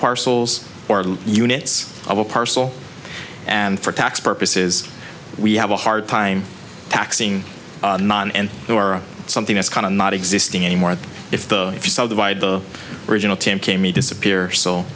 parcels or units of a parcel and for tax purposes we have a hard time taxing or something that's kind of not existing anymore if the if you sell divide the original team came in disappear